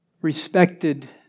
respected